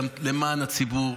גם למען הציבור,